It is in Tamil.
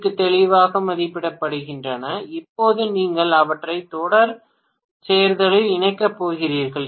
ஏ க்கு தெளிவாக மதிப்பிடப்படுகின்றன இப்போது நீங்கள் அவற்றை தொடர் சேர்த்தலில் இணைக்கப் போகிறீர்கள்